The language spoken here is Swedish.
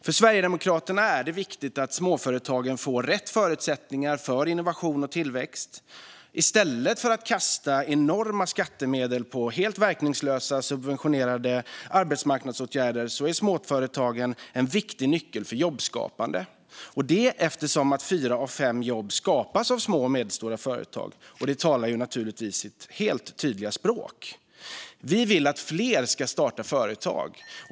För Sverigedemokraterna är det viktigt att småföretagen får rätt förutsättningar för innovation och tillväxt. Småföretagen är en viktig nyckel för jobbskapande; det är något annat än att kasta enorma skattemedel på helt verkningslösa subventionerade arbetsmarknadsåtgärder. Fyra av fem jobb skapas av små och medelstora företag, vilket naturligtvis talar sitt tydliga språk. Vi sverigedemokrater vill att fler ska starta företag.